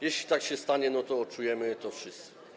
Jeśli tak się stanie, to odczujemy to wszyscy.